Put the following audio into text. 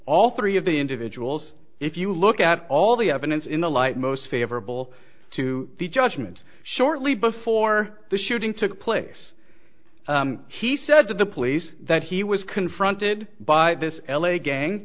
all three of the individuals if you look at all the evidence in the light most favorable to the judgment shortly before the shooting took place he said to the police that he was confronted by this l a gang